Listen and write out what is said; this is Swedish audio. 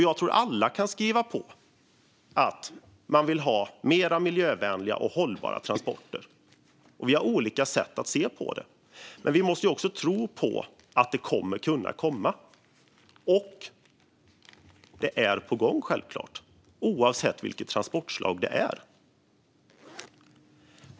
Jag tror att alla kan skriva under på att man vill ha mer miljövänliga och hållbara transporter. Vi har olika sätt att se på det, men vi måste tro på att det kommer att kunna komma. Det är på gång, självklart, oavsett vilket transportslag det är.